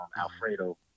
Alfredo